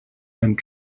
and